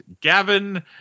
gavin